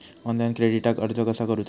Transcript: Online क्रेडिटाक अर्ज कसा करुचा?